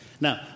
Now